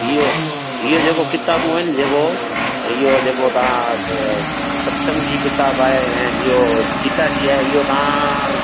इहो इहो जेको किताबूं आहिनि जेको इहो जेको तव्हां अ सत्संग जी किताब आह् ऐं इहो गीता जी आए इहो तव्हां